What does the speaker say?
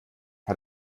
hat